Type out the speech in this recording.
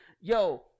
yo